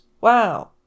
Wow